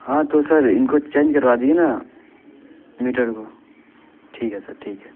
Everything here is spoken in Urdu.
ہاں تو سر ان کو چینج کروا دیجیے نا میٹر کو ٹھیک ہے سر ٹھیک ہے